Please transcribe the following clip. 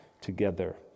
together